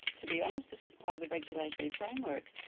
to be honest this is part of the regulatory framework.